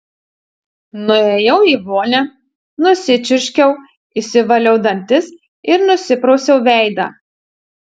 nuėjau į vonią nusičiurškiau išsivaliau dantis ir nusiprausiau veidą